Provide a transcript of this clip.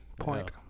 point